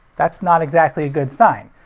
that's not exactly a good sign.